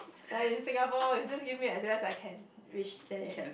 like in Singapore you just give me address and I can reach there